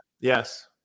Yes